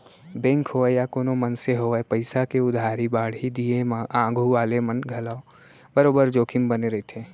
bank होवय या कोनों मनसे होवय पइसा के उधारी बाड़ही दिये म आघू वाले मन ल घलौ बरोबर जोखिम बने रइथे